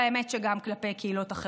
והאמת שגם כלפי קהילות אחרות.